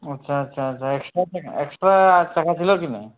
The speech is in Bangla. আচ্ছা আচ্ছা আচ্ছা এক্সট্রা আর এক্সট্রা টাকা ছিলো কিনা